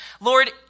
Lord